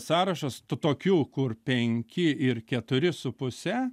sąrašas tokių kur penki ir keturi su puse